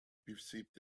perceived